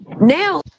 Now